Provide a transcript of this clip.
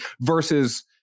versus